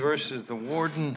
versus the warden